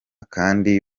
kandi